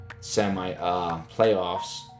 semi-playoffs